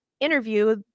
interview